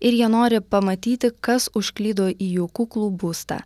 ir jie nori pamatyti kas užklydo į jų kuklų būstą